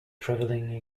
traveling